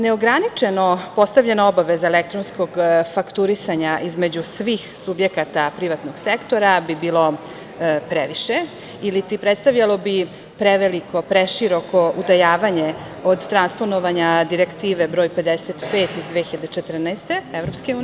Neograničeno postavljena obaveza elektronskog fakturisanja između svih subjekata privatnog sektora bi bilo previše ili bi predstavljalo preveliko, preširoko utajavanje od transponovanja Direktive broj 55 EU iz 2014. godine.